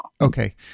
Okay